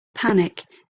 panic